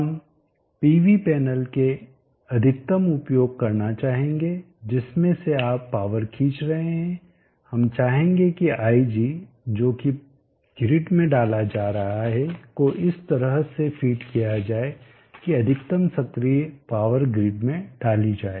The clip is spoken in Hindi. हम पीवी पैनल के अधिकतम उपयोग करना चाहेंगे जिसमें से आप पावर खींच रहे हैं हम चाहेंगे कि ig जो की ग्रिड में डाला जा रहा है को इस तरह से फीड किया जाए कि अधिकतम सक्रिय पावर ग्रिड में डाली जाए